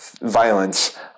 violence